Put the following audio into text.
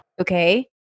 Okay